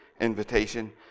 invitation